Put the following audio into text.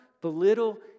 belittle